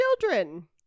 children